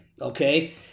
Okay